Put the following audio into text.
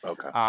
Okay